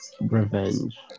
revenge